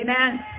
Amen